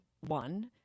one